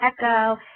echo